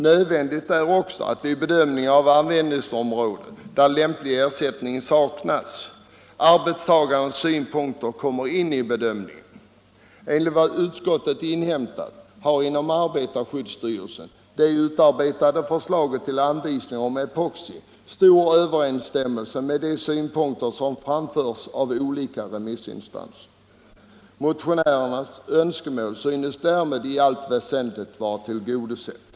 Nödvändigt är också att vid bedömning av användningsområde, där lämplig ersättning saknas, arbetstagarens synpunkter kommer in i bedömningen. Enligt vad utskottet inhämtat har inom arbetarskyddsstyrelsen det utarbetade förslaget till anvisningar om epoxi stor överensstämmelse med de synpunkter som framförts av olika remissinstanser. Motionärernas önskemål synes därmed i allt väsentligt vara tillgodosett.